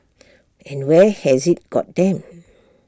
and where has IT got them